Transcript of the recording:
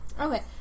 Okay